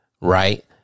Right